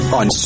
on